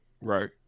Right